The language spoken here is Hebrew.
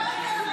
רבה.